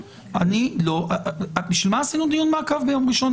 בשביל מה עשינו דיון מעקב ביום ראשון,